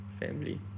family